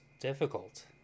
difficult